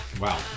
Wow